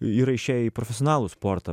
yra išėję į profesionalų sportą